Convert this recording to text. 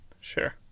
Sure